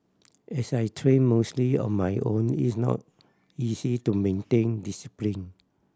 as I train mostly on my own is not easy to maintain discipline